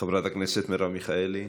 חברת הכנסת מרב מיכאלי,